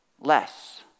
less